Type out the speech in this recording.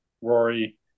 Rory